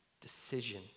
decision